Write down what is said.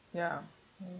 ya mm